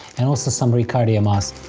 and also some riccardia moss.